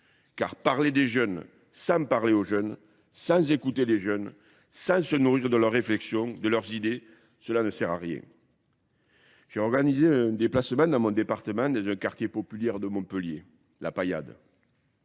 Car parler des jeunes sans parler aux jeunes, sans écouter les jeunes, sans se nourrir de leurs réflexions, de leurs idées, cela ne sert à rien. J'ai organisé un déplacement dans mon département dans le quartier populaire de Montpellier, la paillade.